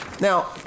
Now